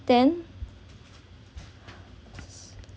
then